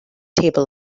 table